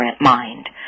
mind